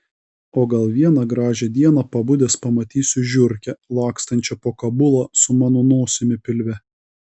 o gal vieną gražią dieną pabudęs pamatysiu žiurkę lakstančią po kabulą su mano nosimi pilve